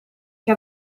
che